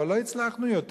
אבל לא הצלחנו יותר,